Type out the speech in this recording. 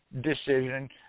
decision